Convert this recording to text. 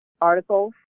articles